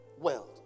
world